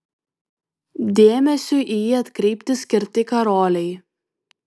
dėmesiui į jį atkreipti skirti karoliai